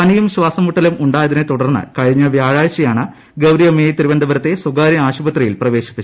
പനിയും ശ്വാസംമുട്ടലും ഉണ്ടായതിനെ തുടർന്ന് കഴിഞ്ഞ വ്യാഴാഴ്ചയാണ് ഗൌരിയമ്മയെ തിരുവനന്ത പുരത്തെ സ്വകാര്യ ആശുപത്രിയിൽ പ്രവേശിപ്പിച്ചത്